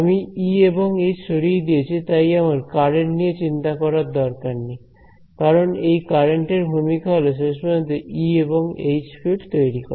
আমি ই এবং এইচ সরিয়ে দিয়েছি তাই আমার কারেন্ট নিয়ে চিন্তা করার দরকার নেই কারণ এই কারেন্টের ভূমিকা হলো শেষ পর্যন্ত ই এবং এইচ ফিল্ড তৈরি করা